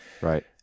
Right